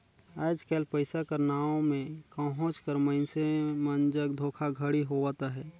आएज काएल पइसा कर नांव में कहोंच कर मइनसे मन जग धोखाघड़ी होवत अहे